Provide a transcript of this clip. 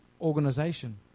organization